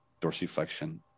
dorsiflexion